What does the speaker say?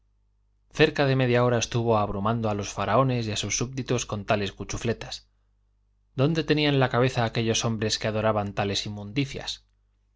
cerca de media hora estuvo abrumando a los faraones y sus súbditos con tales cuchufletas dónde tenían la cabeza aquellos hombres que adoraban tales inmundicias